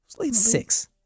Six